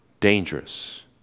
dangerous